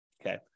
Okay